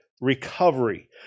recovery